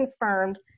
confirmed